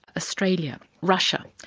australia, russia,